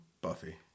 Buffy